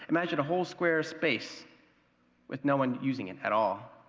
imagine a whole square space with no one using it at all.